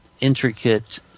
intricate